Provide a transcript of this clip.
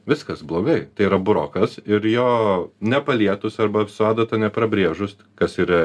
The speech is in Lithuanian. viskas blogai tai yra brokas ir jo nepalietus arba su adata neprabrėžus kas yra